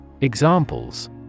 Examples